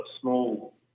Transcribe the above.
small